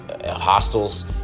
hostels